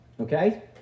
Okay